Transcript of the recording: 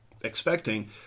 expecting